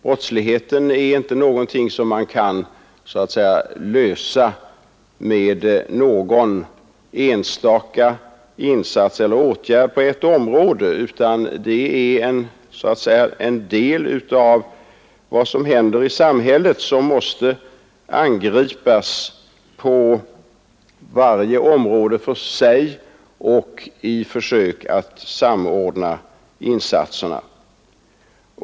Brottsligheten är ingenting som vi kan lösa med någon enstaka insats eller åtgärd på ett område, utan den är en del av vad som händer i samhället och som måste angripas på varje område för sig under försök att samordna insatserna.